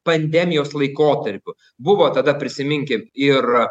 pandemijos laikotarpiu buvo tada prisiminkim ir